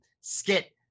skit